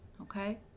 okay